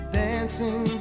dancing